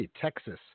Texas